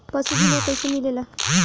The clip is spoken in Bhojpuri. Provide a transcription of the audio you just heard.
पशु बीमा कैसे मिलेला?